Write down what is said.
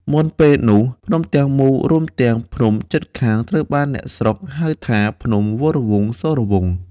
មុនពេលនោះ ភ្នំទាំងមូលរួមទាំងភ្នំជិតខាងត្រូវបានអ្នកស្រុកហៅថា "ភ្នំវរវង្សសូរវង្ស"។